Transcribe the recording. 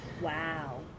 wow